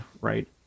right